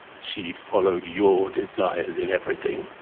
she followed your desires in everything,